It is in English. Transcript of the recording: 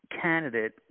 candidate